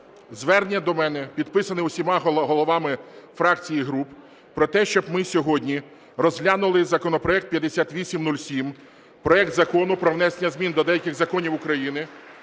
звернення до мене, підписане усіма головами фракцій і груп, про те, щоб ми сьогодні розглянули законопроект 5807: проект Закону про внесення змін до деяких законів України